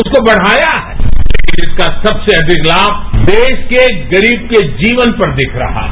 उसको बढ़ाया है तेकिन इसका सबसे अधिक ताम देश के गरीब के जीवन पर दिख रहा है